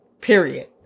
period